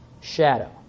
shadow